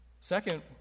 Second